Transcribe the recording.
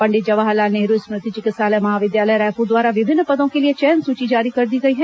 पंडित जवाहर लाल नेहरू स्मृति चिकित्सालय महाविद्यालय रायपुर द्वारा विभिन्न पदों के लिए चयन सूची जारी कर दी गई है